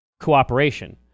cooperation